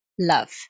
love